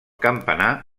campanar